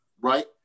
right